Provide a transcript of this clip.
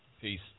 Peace